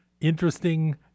interesting